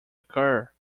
occur